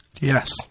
Yes